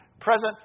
present